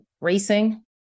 racing